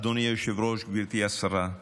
אדוני היושב-ראש, גברתי השרה,